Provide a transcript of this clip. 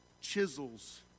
chisels